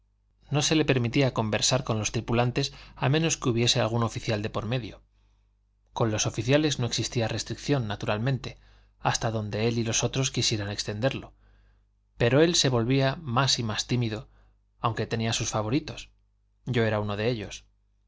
no se le permitía conversar con los tripulantes a menos que hubiese algún oficial de por medio con los oficiales no existía restricción naturalmente hasta donde él y los otros quisieran extenderlo pero él se volvía más y más tímido aunque tenía sus favoritos yo era uno de ellos